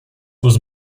was